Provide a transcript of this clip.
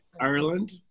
Ireland